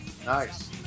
Nice